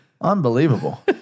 Unbelievable